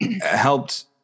helped